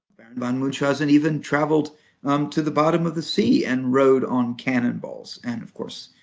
baron von munchausen even traveled um to the bottom of the sea and rode on cannon balls. and of course,